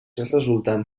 resultant